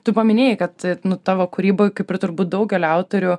tu paminėjai kad tavo kūryboj kaip ir turbūt daugelio autorių